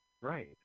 Right